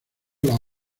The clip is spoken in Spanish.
las